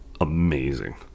amazing